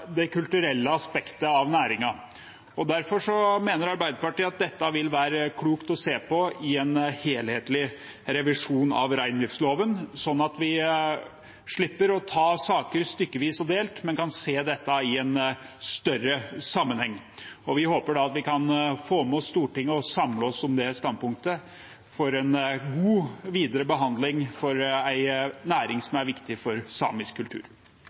det kulturelle aspektet av næringen. Derfor mener Arbeiderpartiet at det vil være klokt å se på dette i en helhetlig revisjon av reindriftsloven, sånn at vi slipper å ta saker stykkevis og delt, men kan se dette i en større sammenheng. Vi håper at vi kan få med oss Stortinget og samle oss om det standpunktet for en god videre behandling for en næring som er viktig for samisk kultur.